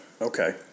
Okay